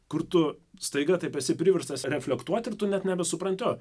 kur tu staiga taip esi priverstas reflektuoti ir tu net nebesupranti